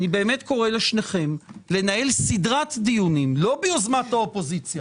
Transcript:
קורא לשניכם לנהל סדרת דיונים לא ביוזמת האופוזיציה